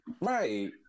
Right